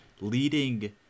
leading